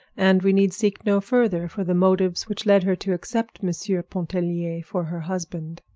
and we need seek no further for the motives which led her to accept monsieur pontellier for her husband.